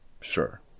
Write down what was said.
sure